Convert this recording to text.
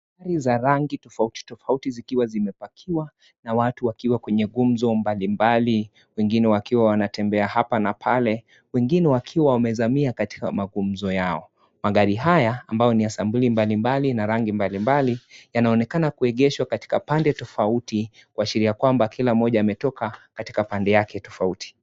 Gari za rangi tofautitofauti zikiwa zimepakiwa na watu wakiwa kwenye ngunzo mbalimbali wengine wakiwa wanatembea hapa na pale wengine wakiwa wamezamia katika mangumzo yao. Magari haya ambayo ni ya sampuli mbalimbali na rangi mbalimbali yanaonekana kuegeshwa katika pande tofauti kuashiria kwamba kila moja ametoka katika pande yake tofauti.